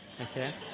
Okay